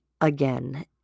again